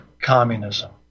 communism